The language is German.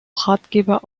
ratgeber